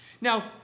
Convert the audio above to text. Now